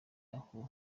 aho